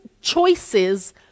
choices